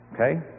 Okay